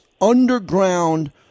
underground